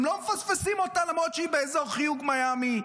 הם לא מפספסים אותה למרות שהיא באזור חיוג מיאמי,